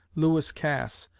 lewis cass,